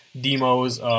Demo's –